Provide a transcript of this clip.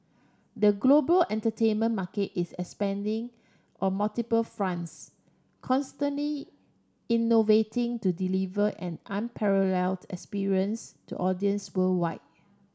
the global entertainment market is expanding on multiple fronts constantly innovating to deliver an unparalleled experience to audiences worldwide